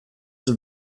have